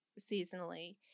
seasonally